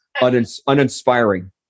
uninspiring